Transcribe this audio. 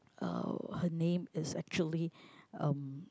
uh her name is actually um